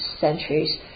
centuries